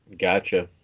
Gotcha